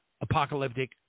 apocalyptic